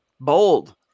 Bold